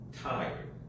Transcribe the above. tired